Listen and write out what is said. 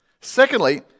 Secondly